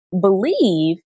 believe